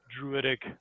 Druidic